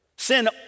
Sin